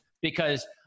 because-